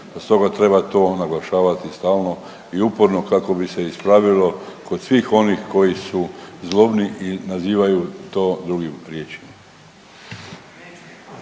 Stoga treba to naglašavati stalno i uporno kako bi se ispravilo kod svih onih koji su zlobni i nazivaju to drugim riječima.